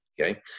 Okay